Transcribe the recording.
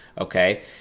Okay